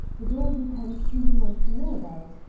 it all depends who you want to know about.